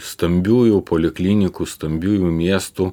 stambiųjų poliklinikų stambiųjų miestų